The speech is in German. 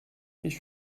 ich